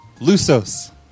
Lusos